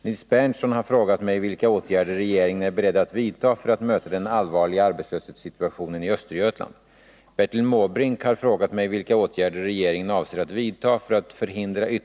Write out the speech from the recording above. Nils Berndtson har frågat mig vilka åtgärder regeringen är beredd att vidta för att möta den allvarliga arbetslöshetssituationen i Östergötland.